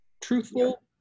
truthful